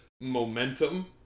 momentum